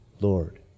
Lord